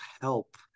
help